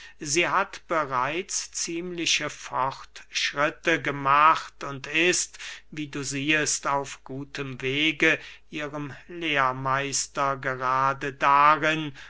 sie hat bereits ziemliche fortschritte gemacht und ist wie du siehest auf gutem wege ihrem lehrmeister gerade darin